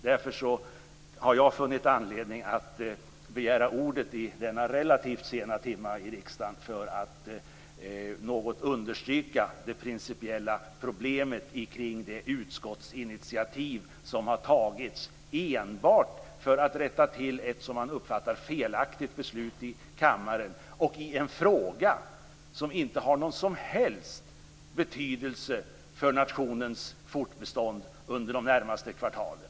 Därför har jag funnit anledning att begära ordet i denna relativt sena timma i riksdagen, för att något understryka det principiella problemet kring det utskottsinitiativ som har tagits enbart för att rätta till ett som man uppfattar det felaktigt beslut i kammaren, och i en fråga som inte har någon som helst betydelse för nationens fortbestånd under de närmaste kvartalen.